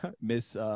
Miss